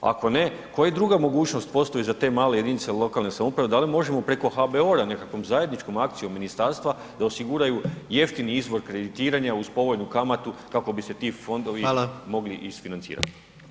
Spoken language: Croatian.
Ako ne, koja druga mogućnost postoji za te male jedinice lokalne samouprave, da li možemo preko HBOR-a nekakvom zajedničkom akcijom ministarstva da osiguraju jeftini izvor kreditiranja uz povoljnu kamatu kako bi se ti fondovi mogli isfinancirati?